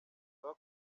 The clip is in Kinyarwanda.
zacu